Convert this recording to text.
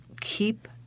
keep